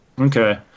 Okay